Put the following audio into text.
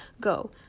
Go